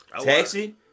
Taxi